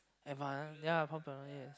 advance ya yes